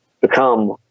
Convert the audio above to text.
become